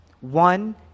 One